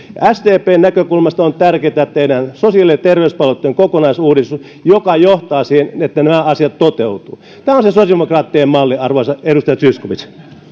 sdpn näkökulmasta on tärkeätä että tehdään sosiaali ja terveyspalveluitten kokonaisuudistus joka johtaa siihen että nämä asiat toteutuvat tämä on se sosiaalidemokraattien malli arvoisa edustaja zyskowicz